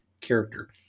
character